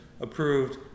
approved